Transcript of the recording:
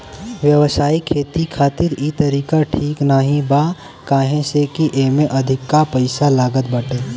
व्यावसायिक खेती खातिर इ तरीका ठीक नाही बा काहे से की एमे अधिका पईसा लागत बाटे